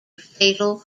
fatal